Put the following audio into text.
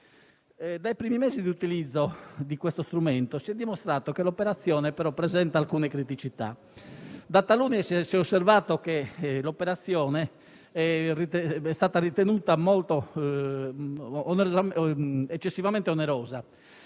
Dai primi mesi di utilizzo di questo strumento si è dimostrato che l'operazione presenta però alcune criticità. Da taluni l'operazione è stata ritenuta eccessivamente onerosa